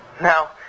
Now